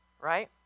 right